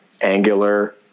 angular